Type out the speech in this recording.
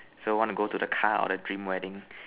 so want to go to the car or the dream wedding